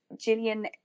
Gillian